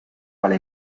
vale